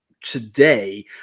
today